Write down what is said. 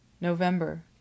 November